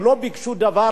הם לא ביקשו דבר